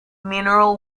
mineral